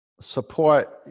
support